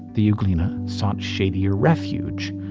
the euglena sought shadier refuge.